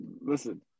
listen